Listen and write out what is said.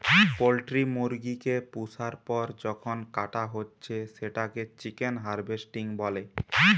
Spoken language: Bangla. পোল্ট্রি মুরগি কে পুষার পর যখন কাটা হচ্ছে সেটাকে চিকেন হার্ভেস্টিং বলে